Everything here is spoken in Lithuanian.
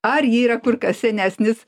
ar ji yra kur kas senesnis